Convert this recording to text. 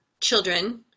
children